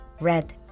red